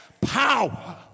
power